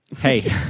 Hey